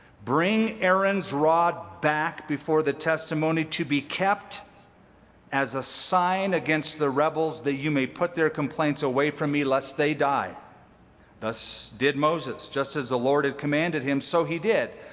bring aaron's rod back before the testimony, to be kept as a sign against the rebels, that you may put their complaints away from me, lest they die thus did moses just as the lord had commanded him, so he did.